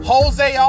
Jose